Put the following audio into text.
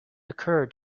occur